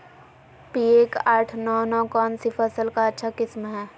P एक आठ नौ नौ कौन सी फसल का अच्छा किस्म हैं?